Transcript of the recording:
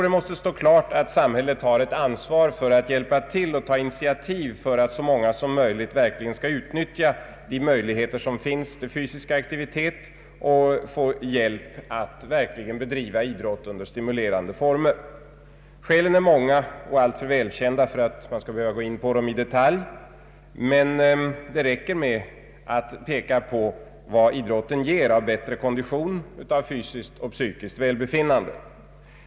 Det måste stå klart, att samhället har ett ansvar att hjälpa till och ta initiativ för att så många människor som möjligt skall utnyttja de möjligheter som finns till fysisk aktivitet och ge dem hjälp att bedriva idrott under stimulerande former. Skälen är många och alltför välkända för att jag i detalj skall behöva gå in på dem. Det räcker med att framhålla vad idrotten ger i form av bättre kondition, fysiskt och psykiskt välbefinnande.